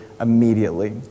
immediately